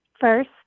first